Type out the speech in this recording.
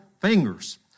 fingers